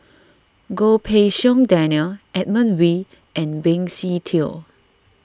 Goh Pei Siong Daniel Edmund Wee and Benny Se Teo